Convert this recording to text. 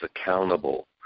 accountable